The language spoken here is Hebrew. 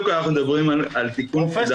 פרופ'